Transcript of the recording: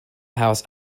house